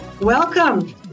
Welcome